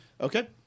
Okay